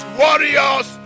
warriors